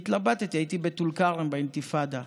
התלבטתי, הייתי בטול כרם, באינתיפאדה,